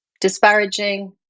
disparaging